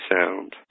sound